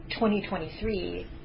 2023